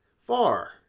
Far